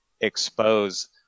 expose